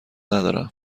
ندارم